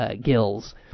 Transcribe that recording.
Gill's